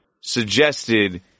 suggested